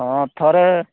ହଁ ଥରେ